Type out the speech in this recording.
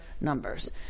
Numbers